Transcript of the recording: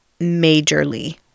majorly